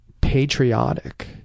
patriotic